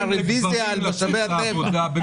על הצעת חוק מיסוי רווחים ממשאבי הטבע (תיקון מס' 3),